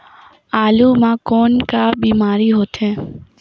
आलू म कौन का बीमारी होथे?